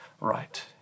right